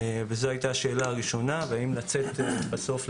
זו הייתה השאלה הראשונה ואם לתת